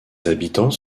habitants